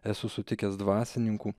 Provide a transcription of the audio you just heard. esu sutikęs dvasininkų